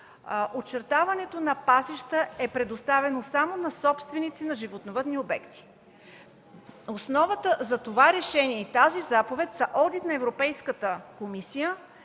очертаването на пасища е предоставено само на собственици на животновъдни обекти. Основата за това решение и тази заповед са одит на Европейската комисия